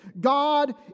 God